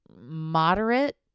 moderate